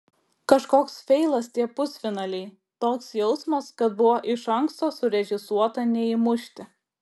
kažkoks feilas tie pusfinaliai toks jausmas kad buvo iš anksto surežisuota neįmušti